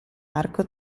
arco